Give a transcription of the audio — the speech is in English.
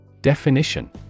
Definition